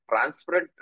transparent